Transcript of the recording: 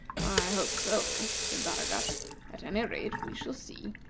i hope so, said baragat at any rate we shall see.